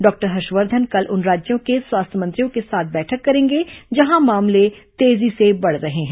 doctor Harshvardhan कल उन राज्यों के स्वास्थ्य मंत्रियों के साथ बैठक करेंगे जहां मामले तेजी से बढ़ रहे हैं